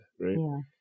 right